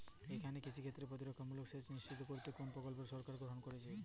এখানে কৃষিক্ষেত্রে প্রতিরক্ষামূলক সেচ নিশ্চিত করতে কি কোনো প্রকল্প সরকার গ্রহন করেছে?